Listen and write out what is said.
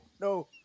no